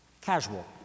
casual